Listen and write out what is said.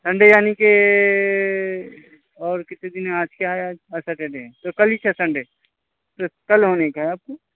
Sunday یعنی کہ اور کسی دن آج کیا ہے آج آج سٹرڈے ہے تو کل ہی ہے سنڈے تو کل ہونے کا ہے آپ کو